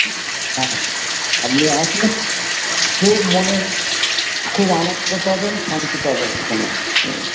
হ্যাঁ হ্যাঁ আপনি আসুন খুব মনে খুব আনন্দ পাবেন শান্তি পাবেন এখানে